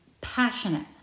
passionate